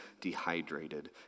dehydrated